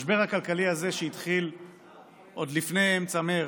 המשבר הכלכלי הזה, שהתחיל עוד לפני אמצע מרץ,